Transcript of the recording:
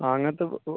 ആ അങ്ങനത്തെ ഇപ്പോൾ